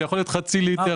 זה יכול להיות חצי ליטר,